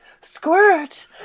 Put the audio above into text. Squirt